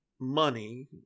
money